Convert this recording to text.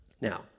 Now